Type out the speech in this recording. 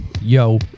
Yo